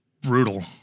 Brutal